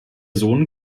sohn